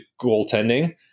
goaltending